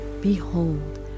behold